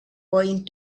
going